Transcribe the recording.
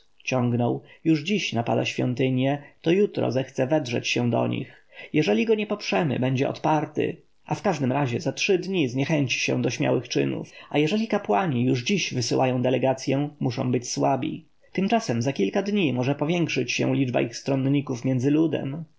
ciągnął już dziś napada świątynie to jutro zechce wedrzeć się do nich jeżeli go nie poprzemy będzie odparty a w każdym razie za trzy dni zniechęci się do śmiałych czynów a jeżeli kapłani już dziś wysyłają delegację muszą być słabi tymczasem za kilka dni może powiększyć się liczba ich stronników między ludem